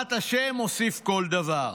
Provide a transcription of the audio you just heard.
בעזרת השם, הוא מוסיף בכל דבר.